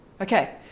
Okay